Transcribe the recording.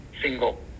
single